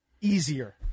easier